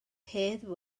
hedd